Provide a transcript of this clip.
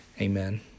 Amen